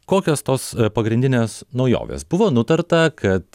kokios tos pagrindinės naujovės buvo nutarta kad